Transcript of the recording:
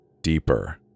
Deeper